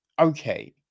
okay